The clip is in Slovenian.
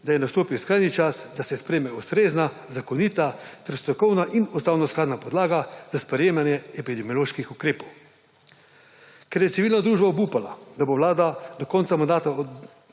da je nastopil skrajni čas, da se sprejme ustrezna, zakonita ter strokovna in ustavnoskladna podlaga za sprejemanje epidemioloških ukrepov. Ker je civilna družba obupala, da bo vlada do konca mandata